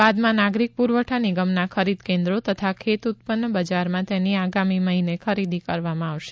બાદમાં નાગરિક પૂરવઠા નિગમના ખરીદ કેન્દ્રો તથા ખેત ઉત્પાદન બજારમાં તેની આગામી મહિને ખરીદી કરવામાં આવશે